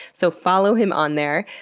so follow him on there.